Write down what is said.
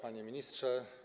Panie Ministrze!